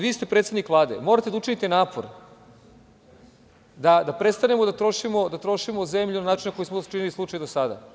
Vi ste predsednik Vlade, morate da učinite napor da prestanemo da trošimo zemlju na način kako smo to činili do sada.